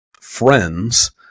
friends